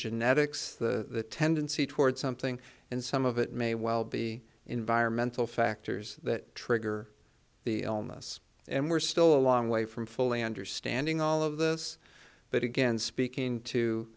genetics the tendency toward something and some of it may well be environmental factors that trigger the us and we're still a long way from fully understanding all of this but again speaking to